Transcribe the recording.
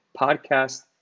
podcast